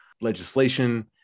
legislation